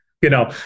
Genau